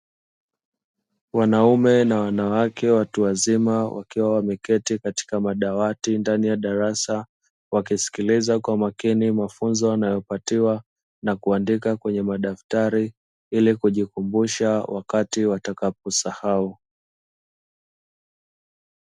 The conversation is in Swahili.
Wanaume na wanawake watu wazima wakiwa wameketi katika madawati ndani ya darasa, wakisikiliza kwa makini mafunzo wanayopatiwa na kuandika kwenye madaftari ili kujikumbusha wakati watakaposahau.